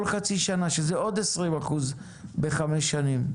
כל חצי שנה, שזה עוד 20 אחוזים ב-5 שנים.